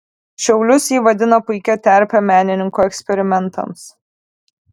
šiaulius ji vadina puikia terpe menininkų eksperimentams